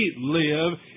live